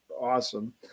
awesome